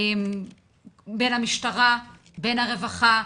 בין המשטרה, בין הרווחה,